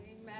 Amen